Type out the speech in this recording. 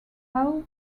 hull